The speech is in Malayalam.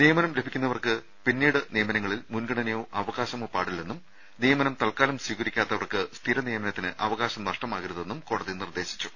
നിയമനം ലഭിക്കുന്നവർക്ക് മുൻഗണനയോ അവകാശമോ പാടില്ലെന്നും നിയമനം തൽക്കാലം സ്വീകരിക്കാത്തവർക്ക് സ്ഥിര നിയമനത്തിന് അവകാശം നഷ്ടമാകരുതെന്നും കോടതി നിർദ്ദേശിച്ചു